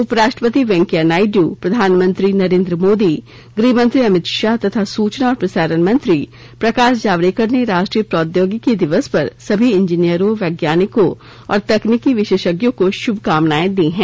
उपराष्ट्रपति वेंकैया नायडु प्रधानमंत्री नरेन्द्र मोदी गृहमंत्री अमित शाह तथा सूचना और प्रसारण मंत्री प्रकाश जावड़ेकर ने राष्ट्रीय प्रौद्योगिकी दिवस पर सभी इंजीनियरों वैज्ञानिकों और तकनीकी विशेषज्ञों को शुभकामनाएं दी हैं